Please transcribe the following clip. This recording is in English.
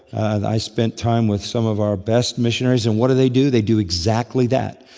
i spent time with some of our best missionaries, and what do they do? they do exactly that.